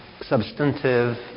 substantive